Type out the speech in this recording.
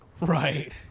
Right